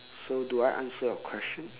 so do I answer your question